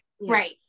Right